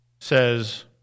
says